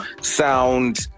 Sound